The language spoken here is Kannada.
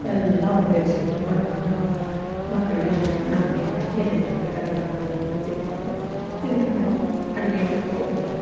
ಎಲ್ಲ ಉಪ್ಯೋಗಿಸ್ಬಿಟ್ಟು ಮಡಗಿಬಿಟ್ಟು ಮಕ್ಕಳಿಗೆ ನಮಗೆ ಏನೇನಾಗ್ಬೇಕು ಅದನ್ನು ಕೊಟ್ಟುಬಿಟ್ಟು ತಿನ್ಕೊಂಡು ತಿರ್ಗಾ ನಾವು ಅಡುಗೆಗೂ ಹೋಗ್ಬೇಕು